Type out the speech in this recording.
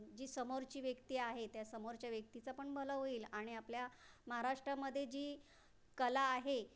जी समोरची व्यक्ती आहे त्या समोरच्या व्यक्तीचं पण भलं होईल आणि आपल्या महाराष्ट्रामध्ये जी कला आहे